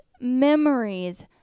memories